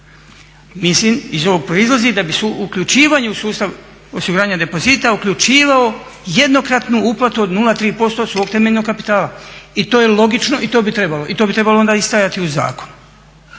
Mislim iz ovog proizlazi da bi se uključivanje u sustav osiguranja depozita uključivao jednokratnu uplatu od 0,3% od svog temeljnog kapitala i to je logično i to bi trebalo i to bi trebalo onda i stajati u zakonu.